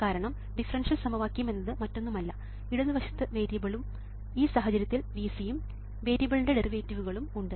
കാരണം ഡിഫറൻഷ്യൽ സമവാക്യം എന്നത് മറ്റൊന്നുമല്ല ഇടതുവശത്ത് വേരിയബിളും ഈ സാഹചര്യത്തിൽ Vc യും വേരിയബിളിന്റെ ഡെറിവേറ്റീവുകളും ഉണ്ട്